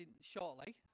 shortly